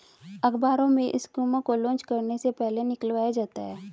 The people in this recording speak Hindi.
अखबारों में स्कीमों को लान्च करने से पहले निकलवाया जाता है